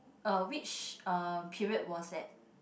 uh which uh period was that